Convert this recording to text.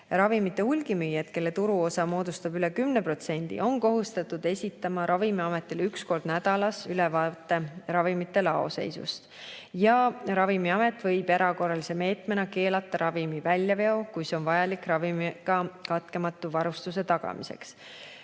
Ravimite hulgimüüjad, kelle turuosa moodustab üle 10%, on kohustatud esitama Ravimiametile üks kord nädalas ülevaate ravimite laoseisust. Ravimiamet võib erakorralise meetmena keelata ravimi väljaveo, kui see on vajalik ravimiga katkematu varustuse tagamiseks.